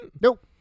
nope